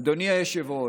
אדוני היושב-ראש,